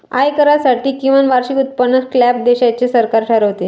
आयकरासाठी किमान वार्षिक उत्पन्न स्लॅब देशाचे सरकार ठरवते